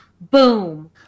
Boom